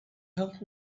help